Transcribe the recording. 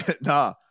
nah